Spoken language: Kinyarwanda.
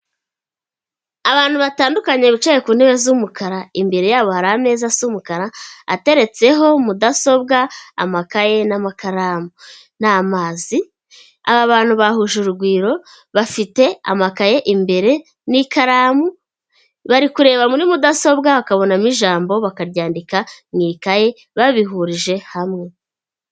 Abantu batandukanye bicaye ku ntebe z'umukara imbere yabo hari amezasa umukara ateretseho mudasobwa, amakaye, n'amakaramu, n'amazi. Aba bantu bahuje urugwiro bafite amakaye imbere n'ikaramu, bari kureba muri mudasobwa bakabonamo ijambo bakaryandika mu'ikaye babihurije hamwe.